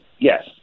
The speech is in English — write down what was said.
yes